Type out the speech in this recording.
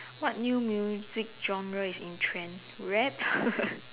what new music genre is in trend rap